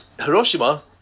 Hiroshima